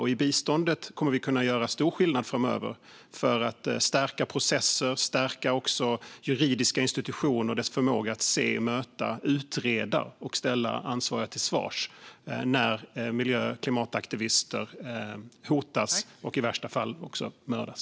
Inom biståndet kommer vi också att kunna göra stor skillnad framöver när det gäller att stärka processer och juridiska institutioners förmåga att se, möta, utreda och ställa ansvariga till svars när miljö och klimataktivister hotas och i värsta fall mördas.